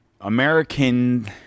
American